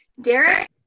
Derek